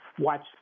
watch